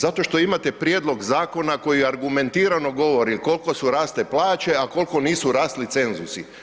Zato što imate prijedlog zakona koji argumentirano govori kolko su rasle plaće, a kolko nisu rasli cenzusi.